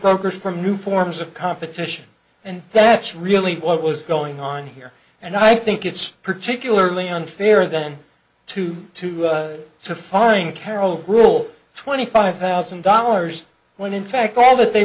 brokers from new forms of competition and that's really what was going on here and i think it's particularly unfair then to to to find carol will twenty five thousand dollars when in fact all that they